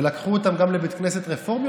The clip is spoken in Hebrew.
ולקחו אותם גם לבית ספר רפורמי,